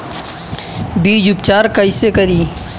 बीज उपचार कईसे करी?